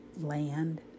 land